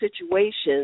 situations